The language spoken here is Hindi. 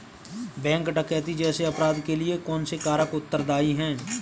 बैंक डकैती जैसे अपराध के लिए कौन से कारक उत्तरदाई हैं?